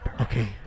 Okay